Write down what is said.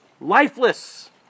lifeless